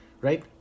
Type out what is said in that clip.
right